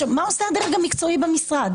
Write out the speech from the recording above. מה עושה הדרג המקצועי במשרד?